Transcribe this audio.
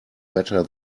better